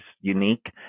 unique